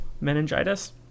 meningitis